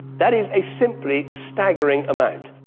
that is a simply staggering amount.